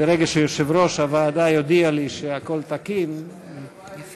ברגע שיושב-ראש הוועדה יודיע לי שהכול תקין, תעשה